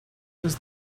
does